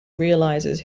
realizes